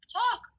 talk